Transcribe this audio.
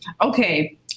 Okay